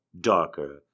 darker